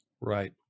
Right